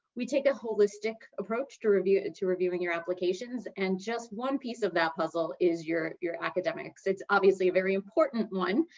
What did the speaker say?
we take a holistic approach to reviewing to reviewing your applications. and just one piece of that puzzle is your your academics. so it's obviously a very important one,